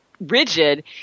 rigid